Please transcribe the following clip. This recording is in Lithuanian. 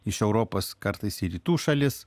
iš europos kartais į rytų šalis